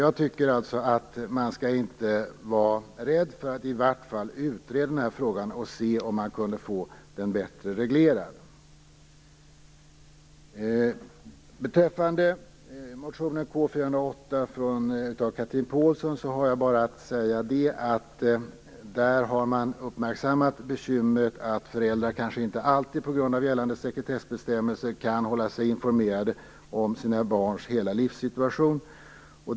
Jag tycker alltså att man inte skall vara rädd att i varje fall utreda frågan och se om man kunde få den bättre reglerad. Beträffande motion K408 av Chatrine Pålsson vill jag bara säga att man där uppmärksammat bekymret att föräldrar kanske inte alltid på grund av gällande sekretessbestämmelser kan hålla sig informerade om sina barns hela livssituation.